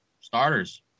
starters